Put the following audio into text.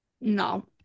no